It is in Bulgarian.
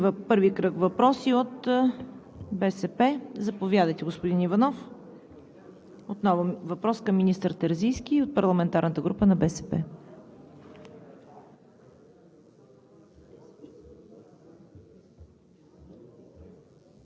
Благодаря, уважаеми господин Министър. Първи кръг въпроси от БСП – заповядайте господин Иванов. Отново въпрос към министър Терзийски от парламентарната група на БСП.